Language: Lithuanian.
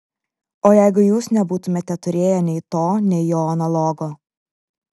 o jeigu jūs nebūtumėte turėję nei to nei jo analogo